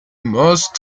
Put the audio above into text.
most